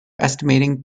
estimating